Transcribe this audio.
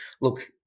look